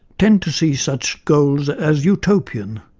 tend to see such goals as utopian,